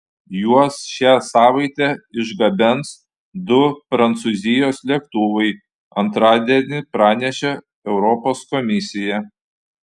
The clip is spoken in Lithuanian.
juos šią savaitę išgabens du prancūzijos lėktuvai antradienį pranešė europos komisija